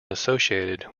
associated